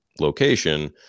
location